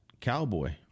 cowboy